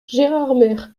gérardmer